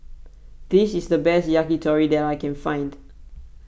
this is the best Yakitori that I can find